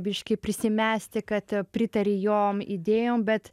biškį prisimesti kad pritari jom idėjom bet